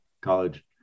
college